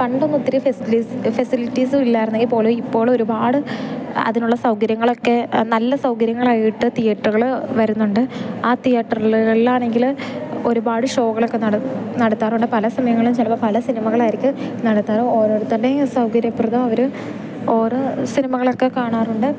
പണ്ടൊന്നും ഒത്തിരി ഫെസിലിറ്റീസും ഇല്ലായിരുന്നെങ്കിൽപ്പോലും ഇപ്പോൾ ഒരുപാട് അതിനുള്ള സൗകര്യങ്ങളൊക്കെ നല്ല സൗകര്യങ്ങളായിട്ട് തീയേറ്ററുകൾ വരുന്നുണ്ട് ആ തിയേറ്ററുകളിൽ ആണെങ്കിൽ ഒരുപാട് ഷോകളൊക്കെ നടത്താറുണ്ട് പല സമയങ്ങളും ചിലപ്പോൾ പല സിനിമകളായിരിക്കും നടത്താറ് ഓരോരുത്തരുടെയും സൗകര്യപ്രദം അവർ ഓരോ സിനിമകളൊക്കെ കാണാറുണ്ട്